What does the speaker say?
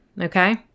Okay